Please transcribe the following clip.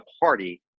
party